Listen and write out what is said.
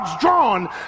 drawn